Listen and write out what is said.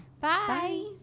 bye